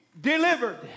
delivered